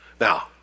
Now